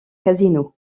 casino